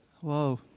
Whoa